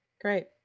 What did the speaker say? Great